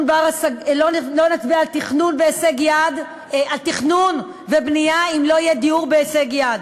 לא נצביע על תכנון ובנייה אם לא יהיה דיור בהישג יד.